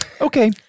Okay